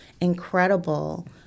incredible